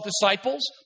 disciples